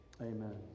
amen